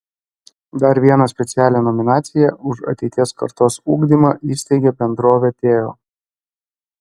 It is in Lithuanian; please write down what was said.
dar vieną specialią nominaciją už ateities kartos ugdymą įsteigė bendrovė teo